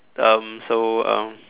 um so um